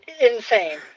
Insane